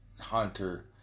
Hunter